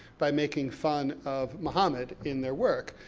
by making fun of mohammed in their work.